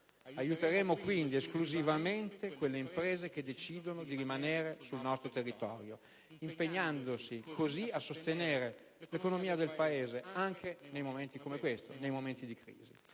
Aiuteremo quindi esclusivamente quelle imprese che decidono di rimanere sul nostro territorio impegnandosi così a sostenere l'economia del Paese anche nei momenti di crisi.